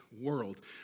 world